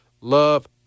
Love